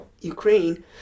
Ukraine